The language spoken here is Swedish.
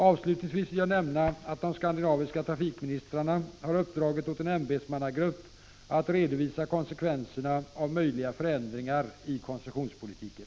Avslutningsvis vill jag nämna att de skandinaviska trafikministrarna uppdragit åt en ämbetsmannagrupp att redovisa konsekvenserna av möjliga förändringar i koncessionspolitiken.